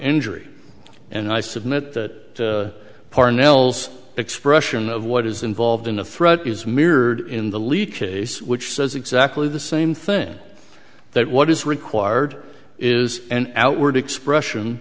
injury and i submit that parnell's expression of what is involved in a threat is mirrored in the leak case which says exactly the same thing that what is required is an outward expression